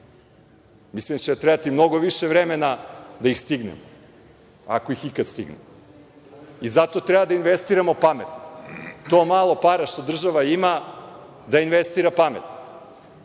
Mislim da će nam trebati mnogo više vremena da ih stignemo, ako ih ikada stignemo. Zato treba da investiramo pametno. To malo para što država ima da investira pametno,